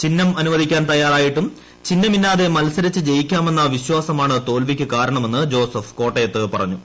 ചിഹ്നം അനുവദിക്കാൻ തയ്യാറായിട്ടും ചിഹ്നമില്ലാതെ മത്സരിച്ച് ജയിക്കാമെന്ന വിശ്വാസമാണ് തോൽവിക്കു കാരണമെന്ന് ജോസഫ് കോട്ടയത്ത് പറഞ്ഞു